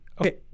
Okay